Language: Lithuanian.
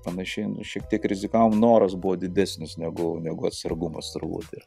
panašiai šiek tiek rizikavom noras buvo didesnis negu negu atsargumas turbūt ir